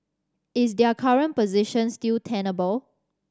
is their current position still tenable